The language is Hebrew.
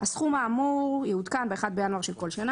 "(2)הסכום האמור בפסקה (1) יעודכן ב-1 בינואר של כל שנה